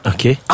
Okay